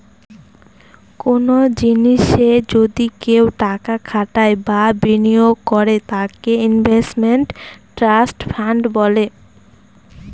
কোনো জিনিসে যদি কেউ টাকা খাটায় বা বিনিয়োগ করে তাকে ইনভেস্টমেন্ট ট্রাস্ট ফান্ড বলে